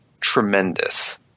tremendous